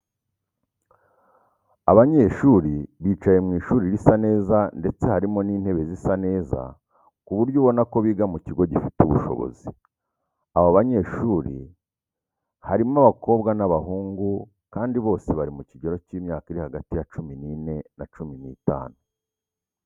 Abanyeshuri bicaye mu ishuri risa neza ndetse harimo n'intebe zisa neza ku buryo ubona ko biga mu kigo gifite ubushobozi. Abo banyeshuri harimo abakobwa n'abahungu kandi bose bari mu kigero cy'imyaka iri hagati ya cumi n'ine na cumi n'itanu.